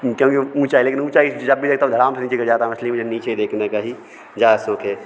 क्योंकि ऊंचाई लेकिन ऊंचाई जब भी देखता हूँ धड़ाम से नीचे गिर जाता हूँ इसलिए मुझे नीचे देखने का ही ज़्यादा शौक़ है